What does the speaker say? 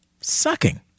Sucking